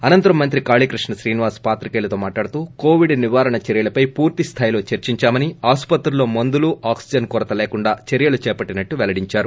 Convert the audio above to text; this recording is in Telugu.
అనంతరం మంత్రి శ్రీనివాస్ పాత్రికేయులతో మాట్లాడుతూ కోవిడ్ నివారణ చర్యలపై పూర్తిస్థాయిలో చర్చించామని ఆస్పత్రుల్లో మందులు ఆక్సిజన్ కొరత లేకుండా చర్యలు చేపట్లామని పెల్లడించారు